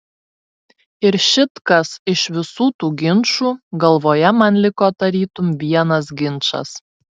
ir šit kas iš visų tų ginčų galvoje man liko tarytum vienas ginčas